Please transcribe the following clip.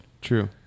True